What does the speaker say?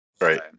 Right